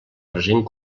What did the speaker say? present